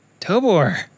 Tobor